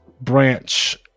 branch